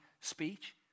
speech